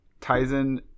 Tizen